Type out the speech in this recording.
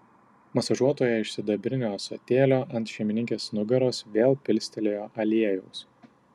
masažuotoja iš sidabrinio ąsotėlio ant šeimininkės nugaros vėl pilstelėjo aliejaus